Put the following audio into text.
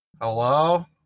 Hello